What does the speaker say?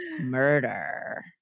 murder